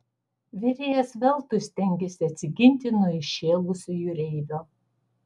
virėjas veltui stengėsi atsiginti nuo įšėlusio jūreivio